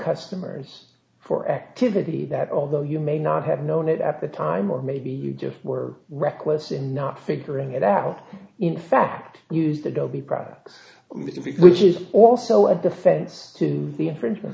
customers for activity that although you may not have known it at the time or maybe you just were reckless in not figuring it out in fact use the dhobi process which is also a defense to the infringement